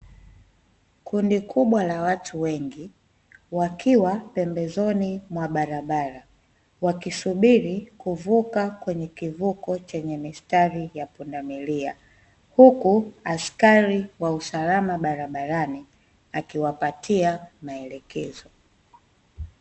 Kundi kubwa la watu wengi wakiwa pembezoni mwa barabara wakisubiri kuvuka kwenye kivuko chenye mistari ya pundamilia huku, askari wa usalama barabarani akiwapatia maelekezo.